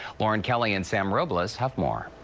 lauren kelly and sam robles have more.